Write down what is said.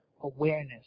awareness